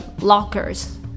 lockers